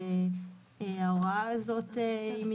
ההוראה הזאת גם מוגבלת,